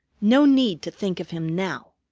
no need to think of him now.